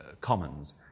commons